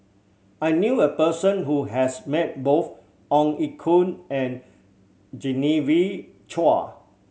I knew a person who has met both Ong Ye Kung and Genevieve Chua